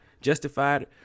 justified